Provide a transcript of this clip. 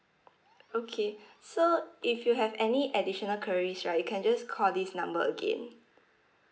okay so if you have any additional queries right you can just call this number again